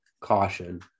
caution